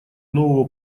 нового